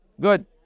good